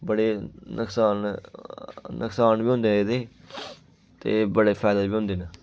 बड़े नुकसान नुकसान बी होंदे एह्दे ते बड़े फायदे बी होंदे न